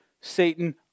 Satan